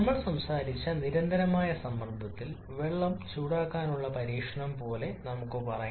നമ്മൾ സംസാരിച്ച നിരന്തരമായ സമ്മർദ്ദത്തിൽ വെള്ളം ചൂടാക്കാനുള്ള പരീക്ഷണം പോലെ നമുക്ക് പറയാം